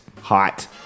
hot